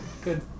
good